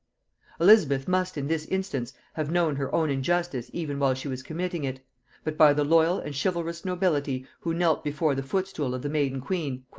elizabeth must in this instance have known her own injustice even while she was committing it but by the loyal and chivalrous nobility, who knelt before the footstool of the maiden-queen,